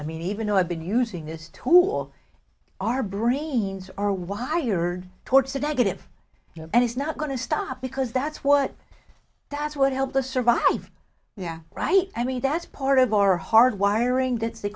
i mean even though i've been using this tool our brains are wired towards the negative and it's not going to stop because that's what that's what helped us survive yeah right i mean that's part of our hard wiring that's the